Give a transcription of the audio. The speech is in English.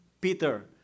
Peter